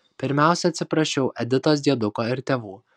pirmiausia atsiprašiau editos dieduko ir tėvų